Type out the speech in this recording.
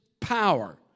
power